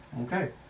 Okay